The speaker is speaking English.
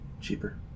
cheaper